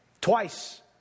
Twice